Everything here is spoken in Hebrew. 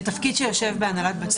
זה תפקיד שיושב בהנהלת בתי המשפט.